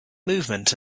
movement